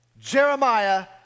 Jeremiah